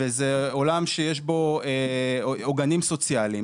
וזה עולם שיש בו עוגנים סוציאליים,